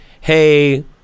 hey